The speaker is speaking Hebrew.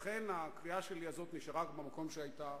לכן, הקריאה שלי הזאת נשארה במקום שהיתה.